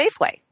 Safeway